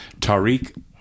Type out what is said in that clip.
Tariq